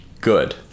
good